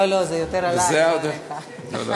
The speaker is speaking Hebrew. אני צוחק.